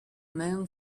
moon